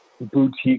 Boutique